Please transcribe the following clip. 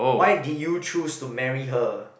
why did you choose to marry her